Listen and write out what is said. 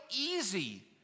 easy